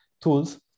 tools